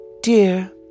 Dear